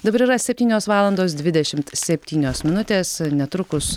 dabar yra septynios valandos dvidešimt septynios minutės netrukus